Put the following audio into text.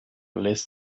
lässt